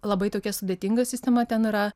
labai tokia sudėtinga sistema ten yra